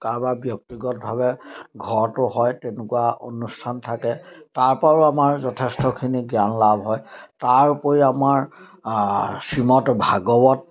কাৰোবাৰ ব্যক্তিগতভাৱে ঘৰটো হয় তেনেকুৱা অনুষ্ঠান থাকে তাৰপৰাও আমাৰ যথেষ্টখিনি জ্ঞান লাভ হয় তাৰ উপৰি আমাৰ শ্ৰীমদ ভাগৱত